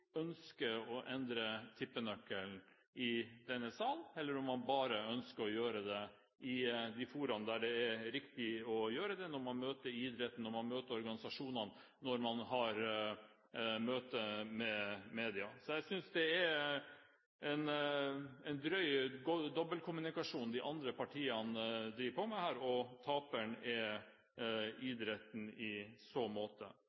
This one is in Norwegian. bare ønsker å gjøre det når man er i de foraene der det er riktig å gjøre det, når man møter idretten, når man møter organisasjonene og når man møter media. Så jeg synes de andre partiene driver med en drøy dobbeltkommunikasjon, og taperen er idretten i så måte. Det har vært ganske interessant å lese fra Arbeiderpartiets landsmøte og ikke minst det Høyre – og for så